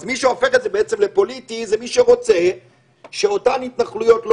אז מי שהופך את זה בעצם לפוליטי זה מי שרוצה שאותן התנחלויות לא